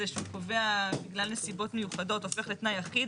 שהוא קובע בגלל נסיבות מיוחדות הופך לתנאי אחיד,